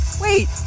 Wait